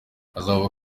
hazaba